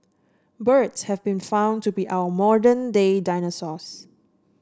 birds have been found to be our modern day dinosaurs